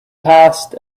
passed